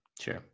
sure